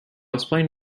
explain